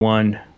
One